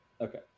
Okay